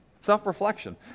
Self-reflection